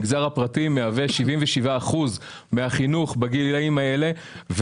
המגזר הפרטי מהווה 77% מהחינוך בגילאים האלה,